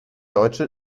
deutsche